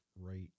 right